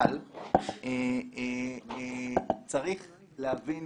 אבל צריך להבין